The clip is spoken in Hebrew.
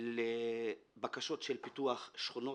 לבקשות של פיתוח שכונות.